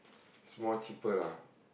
it's more cheaper lah